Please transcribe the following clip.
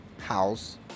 house